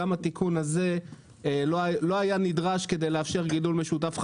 גם התיקון הזה לא היה נדרש כדי לאפשר גידול משותף חדש,